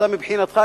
אתה מבחינתך,